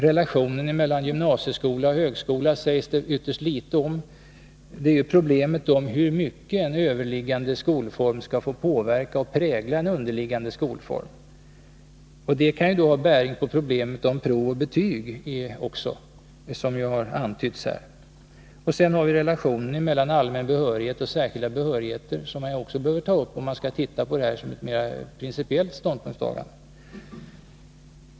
Relationen mellan gymnasium och högskola sägs det ytterst litet om. Ett problem i det sammanhanget är hur mycket en överliggande skolform skall få prägla och påverka en underliggande. Det kan också ha bäring på problemet om prov och betyg, vilket här har antytts. Vi har vidare relationen mellan allmän behörighet och särskilda behörigheter, en fråga som också bör studeras innan man gör ett mer principiellt ståndpunktstagande.